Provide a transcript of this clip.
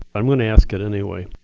i'm going to ask it anyway.